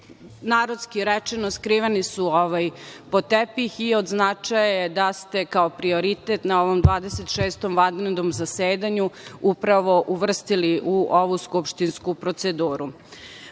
Narodski rečeno, skrivani su pod tepih i od značaja je da ste kao prioritet na ovom 26. vanrednom zasedanju upravo uvrstili u ovu skupštinsku